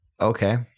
Okay